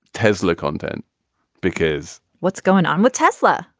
tesla content because what's going on with tesla?